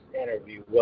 interview